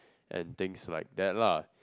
and thinks like that lah